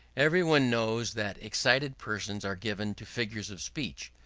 every one knows that excited persons are given to figures of speech.